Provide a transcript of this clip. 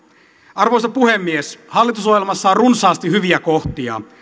arvoisa puhemies hallitusohjelmassa on runsaasti hyviä kohtia